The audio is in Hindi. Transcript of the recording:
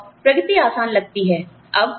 और प्रगति आसान लगती है